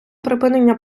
припинення